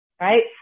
Right